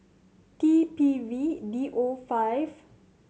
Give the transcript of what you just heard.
T P V D O five